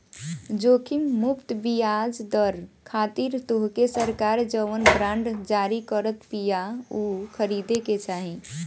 जोखिम मुक्त बियाज दर खातिर तोहके सरकार जवन बांड जारी करत बिया उ खरीदे के चाही